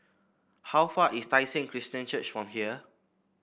how far is Tai Seng Christian Church from here